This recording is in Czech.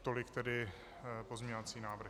Tolik tedy pozměňovací návrhy.